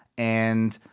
and,